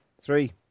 three